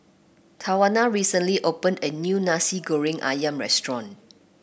Tawana recently opened a new Nasi Goreng ayam restaurant